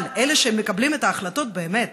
אבל אלה שמקבלים את ההחלטות באמת,